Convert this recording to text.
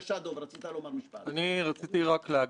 כל כך גדולה זה בהחלט סיבה להיות מעודדים.